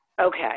Okay